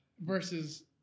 versus